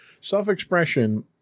Self-expression